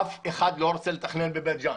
אף אחד לא רוצה לתכנן בבית ג'ן.